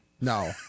No